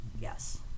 Yes